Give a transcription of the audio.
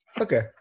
okay